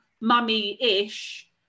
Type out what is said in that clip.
mummy-ish